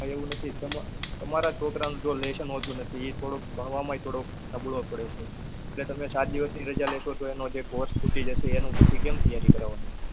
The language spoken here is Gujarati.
એવુ નથી તમે તમારા છોકરાનું જો લેસન હોતું નથી થોડુંક ભણવામાં ય થોડોક નબળો પડે છે અને તમે સાત દિવસની રજા લેશો તો એનો જે કોર્સ છૂટી જશે અને એનુ પછી કેમ તૈયારી કરાવાની